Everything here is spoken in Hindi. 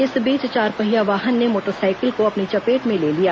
इस बीच चारपहिया एक वाहन ने मोटरसाइकिल को अपनी चपेट में ले लिया